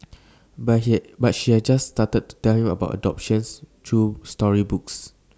but she has just started to tell him about adoptions through storybooks